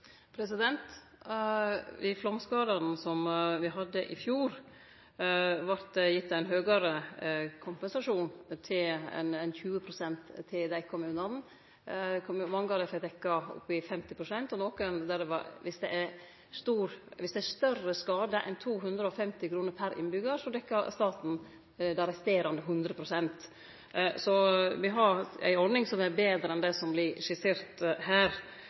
som me hadde i fjor, vart det gitt ein høgare kompensasjon enn 20 pst. til kommunane. Mange av dei fekk dekt opptil 50 pst., og dersom det er større skadar enn for 250 kr per innbyggjar, dekker staten det resterande 100 pst. Så me har ei ordning som er betre enn det som vert skissert her.